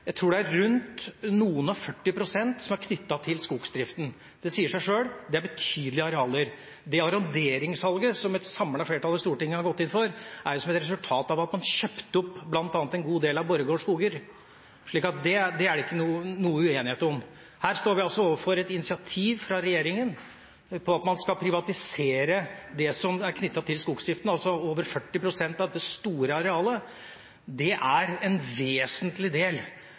Jeg tror det er rundt noen og førti prosent som er knyttet til skogsdriften. Det sier seg sjøl at det er betydelige arealer. Det arronderingssalget som et samlet flertall i Stortinget har gått inn for, er et resultat av at man kjøpte opp bl.a. en god del av Borregaards skoger, slik at det er det ikke noe uenighet om. Her står vi overfor et initiativ fra regjeringa om at man skal privatisere det som er knyttet til skogsdriften, altså over 40 pst. av dette store arealet. Det er en vesentlig del